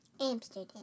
Amsterdam